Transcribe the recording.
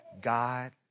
God